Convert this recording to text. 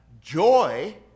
joy